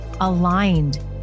aligned